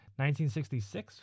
1966